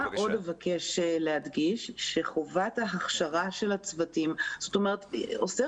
עוד אבקש להדגיש שחובת ההכשרה של הצוותים עושה